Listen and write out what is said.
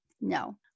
No